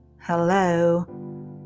Hello